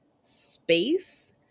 space